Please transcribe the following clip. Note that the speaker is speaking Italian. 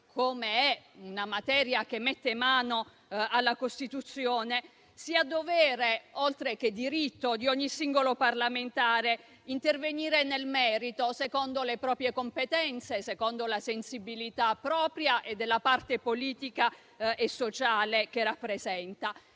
come è una materia che mette mano alla Costituzione - sia dovere, oltre che diritto di ogni singolo parlamentare, intervenire nel merito, secondo le proprie competenze, la sensibilità propria e della parte politica e sociale che si rappresenta.